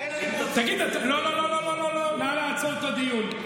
לא לא לא, נא לעצור את הדיון.